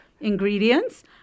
ingredients